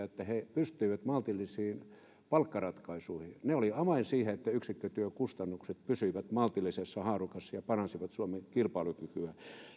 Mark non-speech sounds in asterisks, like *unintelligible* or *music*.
*unintelligible* että he pystyivät maltillisiin palkkaratkaisuihin ne olivat avain siihen että yksikkötyökustannukset pysyivät maltillisessa haarukassa ja paransivat suomen kilpailukykyä